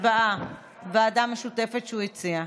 הצבעה על הוועדה המשותפת שהוא הציע.